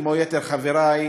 כמו יתר חברי,